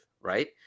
right